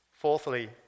Fourthly